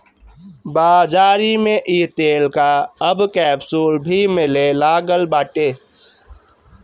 बाज़ारी में इ तेल कअ अब कैप्सूल भी मिले लागल बाटे